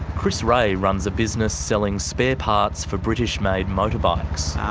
chris ray runs a business selling spare parts for british-made motorbikes.